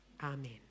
Amen